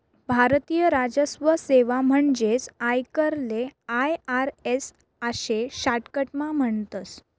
भारतीय राजस्व सेवा म्हणजेच आयकरले आय.आर.एस आशे शाटकटमा म्हणतस